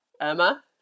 Emma